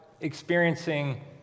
experiencing